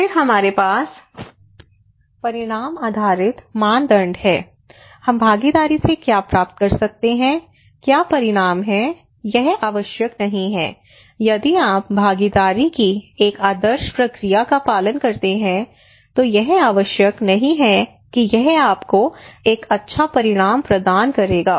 फिर हमारे पास परिणाम आधारित मानदंड हैं हम भागीदारी से क्या प्राप्त कर सकते हैं क्या परिणाम हैं यह आवश्यक नहीं है यदि आप भागीदारी की एक आदर्श प्रक्रिया का पालन करते हैं तो यह आवश्यक नहीं है कि यह आपको एक अच्छा परिणाम प्रदान करेगा